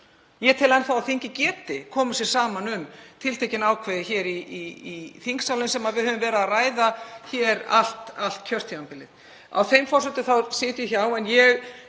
Ég tel enn þá að þingið geti komið sér saman um tiltekin ákvæði hér í þingsalnum sem við höfum verið að ræða allt kjörtímabilið. Á þeim forsendum sit ég hjá. Ég